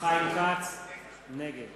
חיים כץ, נגד